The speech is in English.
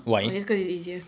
only because it's easier